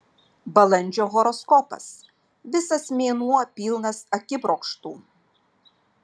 balandžio horoskopas visas mėnuo pilnas akibrokštų